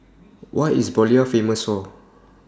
What IS Bolivia Famous For